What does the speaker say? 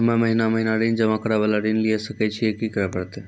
हम्मे महीना महीना ऋण जमा करे वाला ऋण लिये सकय छियै, की करे परतै?